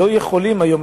לא יכולים היום,